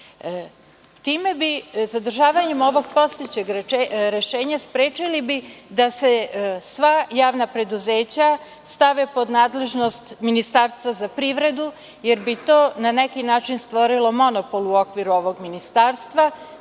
preduzećima. Zadržavanjem ovog postojećeg rešenja, time bi sprečili da se sva javna preduzeća stave pod nadležnost Ministarstva za privredu, jer bi to na neki način stvorilo monopol u okviru ovog ministarstva,